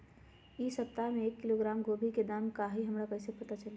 इ सप्ताह में एक किलोग्राम गोभी के दाम का हई हमरा कईसे पता चली?